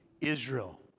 Israel